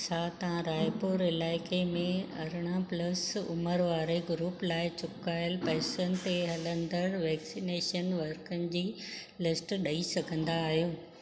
छा तव्हां रायपुर इलाइके में अरिड़ह प्लस उमिरि वारे ग्रूप लाइ चुकाइल पैसनि ते हलंदड़ वैक्सनेशन वर्कनि जी लिस्ट ॾई सघंदा आहियो